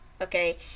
okay